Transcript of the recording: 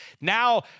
Now